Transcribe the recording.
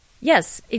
Yes